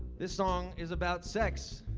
this song is about sex.